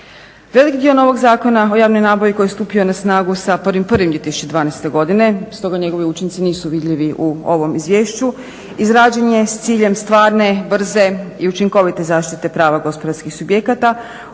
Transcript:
Velik dio novog Zakona o javnoj nabavi koji je stupio na snagu sa 1.01.2012. godine stoga njegovi učinci nisu vidljivi u ovom izvješću izrađen je s ciljem stvarne, brze i učinkovite zaštite prava gospodarskih subjekata u fazi postupaka kada